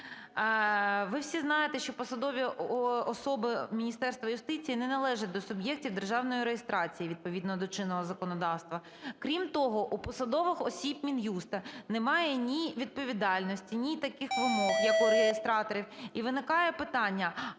Ви всі знаєте, що всі посадові особи Міністерства юстиції не належать до суб'єктів державної реєстрації відповідно до чинного законодавства. Крім того, у посадових осіб Мін'юсту немає ні відповідальності, ні таких вимог, як у реєстраторів. І виникає питання